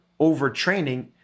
overtraining